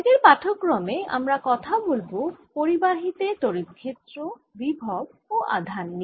আজকের পাঠক্রমে আমরা কথা বলব পরিবাহী তে তড়িৎ ক্ষেত্র বিভব ও আধান নিয়ে